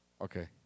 okay